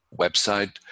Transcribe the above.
website